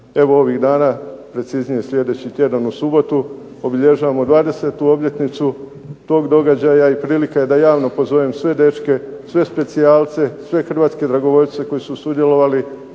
Evo, ovih dana, preciznije slijedeći tjedan u subotu obilježavamo 20. obljetnicu tog događaja i prilika je da javno pozovem sve dečke, sve specijalce, sve hrvatske dragovoljce koji su sudjelovali